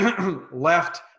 left